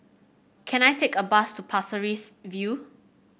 can I take a bus to Pasir Ris View